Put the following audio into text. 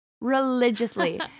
Religiously